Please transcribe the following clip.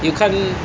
you can't